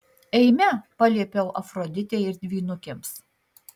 eime paliepiau afroditei ir dvynukėms